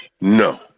No